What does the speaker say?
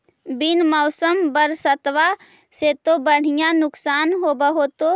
बिन मौसम बरसतबा से तो बढ़िया नुक्सान होब होतै?